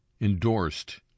endorsed